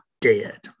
dead